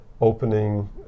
opening